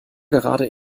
gerade